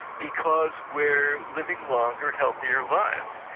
because we're living longer, healthier lives.